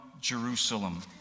Jerusalem